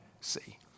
see